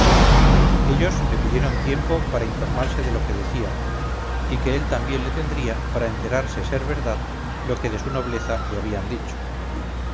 ellos le pidieron tiempo para informarse de lo que decía y que él también le tendría para enterarse ser verdad lo que de su nobleza le habían dicho